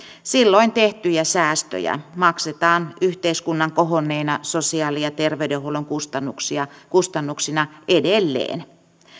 silloin tehtyjä säästöjä maksetaan yhteiskunnan kohonneina sosiaali ja terveydenhuollon kustannuksina edelleen